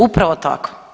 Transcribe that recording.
Upravo tako.